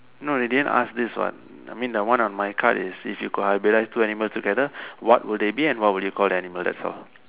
no they didn't ask this one I mean the one on my card is if you could hybridise two animal together what would they be and what would you call the animal that's all